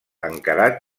encarat